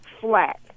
flat